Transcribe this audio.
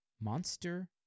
Monster